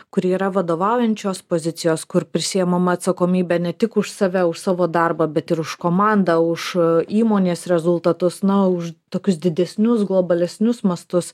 kur yra vadovaujančios pozicijos kur prisiimama atsakomybė ne tik už save už savo darbą bet ir už komandą už įmonės rezultatus na už tokius didesnius globalesnius mastus